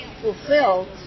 fulfill